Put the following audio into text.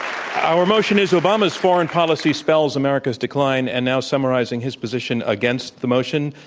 our motion is obama's foreign policy spells america's decline, and now summarizing his position against the motion,